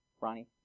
Ronnie